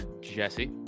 Jesse